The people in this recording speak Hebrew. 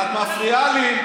את מפריעה לי.